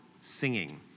singing